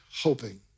hoping